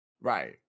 right